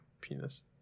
penis